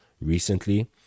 recently